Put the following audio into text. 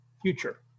future